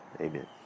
Amen